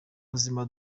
buzima